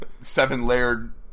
seven-layered